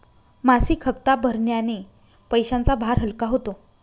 मासिक हप्ता भरण्याने पैशांचा भार हलका होतो